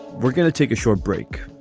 we're going to take a short break,